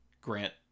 Grant